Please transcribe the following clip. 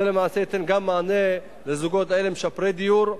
זה ייתן גם מענה לזוגות משפרי דיור.